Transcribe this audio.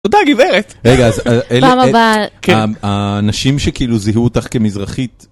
אותה גברת, רגע אז פעם הבאה, הנשים שכאילו זיהו אותך כמזרחית